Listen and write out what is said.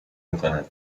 میکند